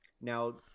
Now